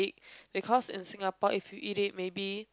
because in Singapore if you eat it maybe